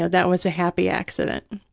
ah that was a happy accident.